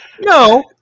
no